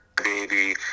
baby